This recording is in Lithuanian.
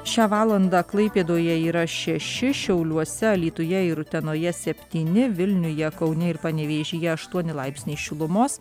šią valandą klaipėdoje yra šeši šiauliuose alytuje ir utenoje septyni vilniuje kaune ir panevėžyje aštuoni laipsniai šilumos